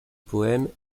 poèmes